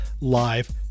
live